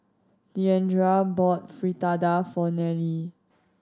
Deandra bought Fritada for Nelie